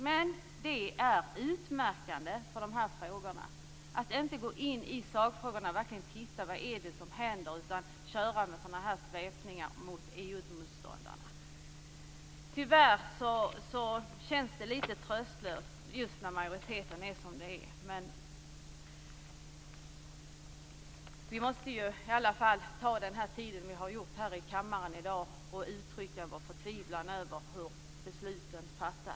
Men det är utmärkande för de här frågorna att man inte går in i sakfrågorna och verkligen tittar på vad det är som händer. Man kör i stället med de här svepningarna mot EU-motståndarna. Tyvärr känns det litet tröstlöst när majoriteten är som den är. Men vi måste i alla fall ta den tid som vi har tagit i kammaren här i dag och uttrycka vår förtvivlan över hur besluten fattas.